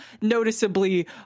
noticeably